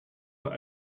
were